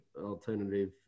alternative